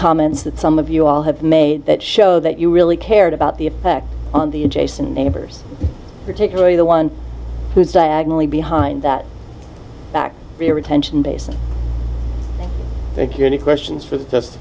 comments that some of you all have made that show that you really cared about the effect on the adjacent neighbors particularly the one who's agnelli behind that back the retention basin if you any questions was just